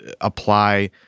apply